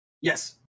Yes